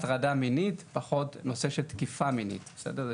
הטרדה מינית, פחות בנושא של תקיפה מינית, בסדר?